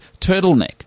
turtleneck